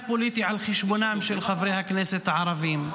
פוליטי על חשבונם של חברי הכנסת הערבים.